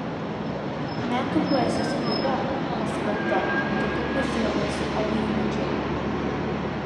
metų poezijos knyga paskelbta vytauto kazielos alyvmedžiai